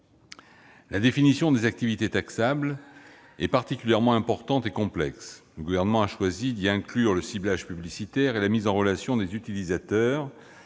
La définition des activités taxables est particulièrement importante et complexe. Le Gouvernement a choisi d'y inclure le ciblage publicitaire et la mise en relation des utilisateurs,